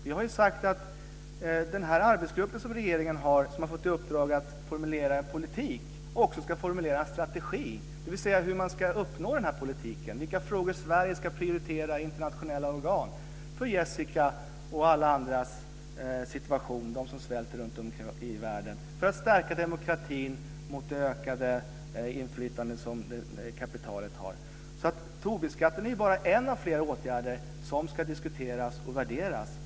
Vi har sagt att den arbetsgrupp som regeringen har tillsatt har fått i uppdrag att formulera en politik och också att formulera en strategi för hur man ska kunna förverkliga denna politik, vilka frågor som Sverige ska prioritera i internationella organ för att påverka situationen för Jessica och alla andra som svälter runtom i världen, för att stärka demokratin mot det ökande inflytande som kapitalet har. Tobinskatten är bara en av flera åtgärder som ska diskuteras och värderas.